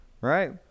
Right